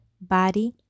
body